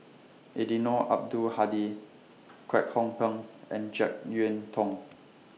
Eddino Abdul Hadi Kwek Hong Png and Jek Yeun Thong